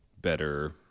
better